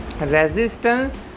resistance